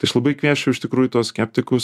tai aš labai kviesčiau iš tikrųjų tuos skeptikus